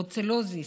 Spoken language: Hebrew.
ברוצלוזיס,